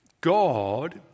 God